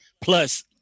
Plus